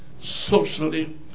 socially